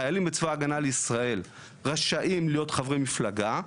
חיילים בצבא הגנה לישראל רשאים להיות חברי מפלגה.